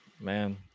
man